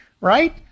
right